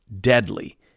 deadly